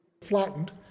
flattened